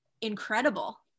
incredible